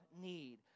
need